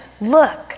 Look